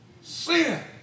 Sin